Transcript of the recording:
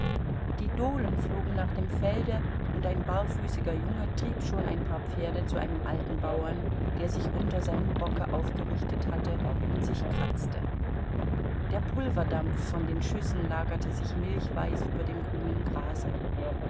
die dohlen flogen nach dem felde und ein barfüßiger junge trieb schon ein paar pferde zu einem alten bauern der sich unter seinem rocke aufgerichtet hatte und sich kratzte der pulverdampf von den schüssen lagerte sich milchweiß über dem grünen grase